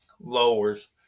lowers